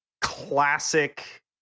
classic